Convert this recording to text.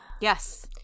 Yes